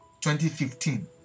2015